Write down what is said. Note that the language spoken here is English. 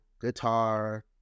guitar